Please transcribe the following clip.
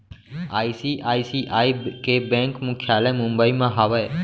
ICICI के bank मुख्यालय मुंबई म हावय